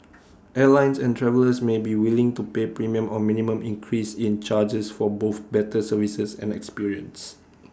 airlines and travellers may be willing to pay premium or minimum increase in charges for both better services and experience